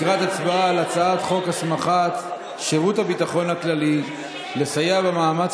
לקראת הצבעה על הצעת חוק הסמכת שירות הביטחון הכללי לסייע במאמץ